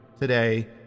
today